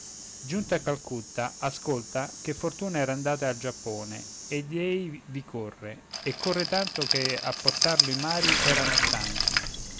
giunto a calcutta ascolta che fortuna era andata al giappone ed ei vi corre e corre tanto che a portarlo i mari erano stanchi